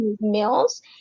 meals